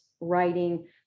writing